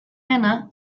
dena